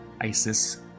ISIS